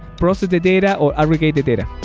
process the data or aggregate the data